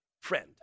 friend